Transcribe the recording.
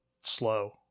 slow